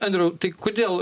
andriau tai kodėl